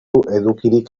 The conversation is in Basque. edukirik